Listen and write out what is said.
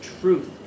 truth